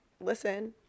listen